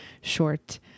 short